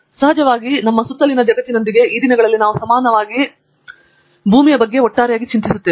ಸಹಜವಾಗಿ ನಮ್ಮ ಸುತ್ತಲಿನ ಜಗತ್ತಿನೊಂದಿಗೆ ಈ ದಿನಗಳಲ್ಲಿ ನಾವು ಸಮಾನವಾಗಿ ಕೇವಲ ಮಾನವರು ಮಾತ್ರವಲ್ಲ ಭೂಮಿಯ ಬಗ್ಗೆ ಒಟ್ಟಾರೆಯಾಗಿ ನಾವು ಚಿಂತಿಸುತ್ತೇವೆ